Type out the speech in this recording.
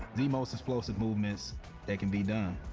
the most explosive movements that can be done.